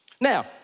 Now